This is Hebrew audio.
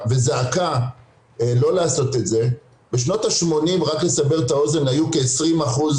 ושאומרים הרבה פעמים